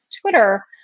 Twitter